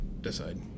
decide